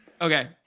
Okay